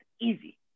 Easy